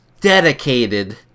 dedicated